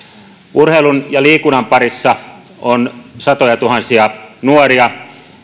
urheilun ja liikunnan parissa on satojatuhansia nuoria